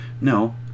No